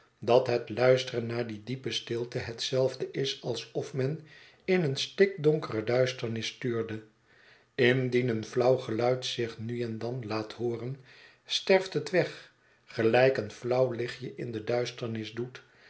dat het luisteren naar die diepe stilte hetzelfde is alsof men in eene stikdonkere duisternis tuurde indien een flauw geluid zich nu en dan laat hooren sterft het weg gelijk een flauw lichtje in de duisternis doet